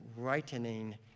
rightening